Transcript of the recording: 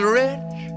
rich